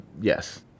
Yes